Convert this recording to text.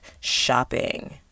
Shopping